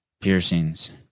piercings